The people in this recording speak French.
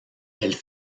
elle